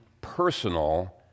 personal